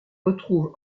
retrouve